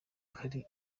ari